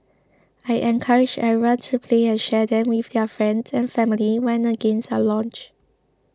I encourage everyone to play and share them with their friends and family when the games are launched